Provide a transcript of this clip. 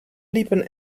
liepen